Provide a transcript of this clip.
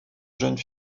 jeune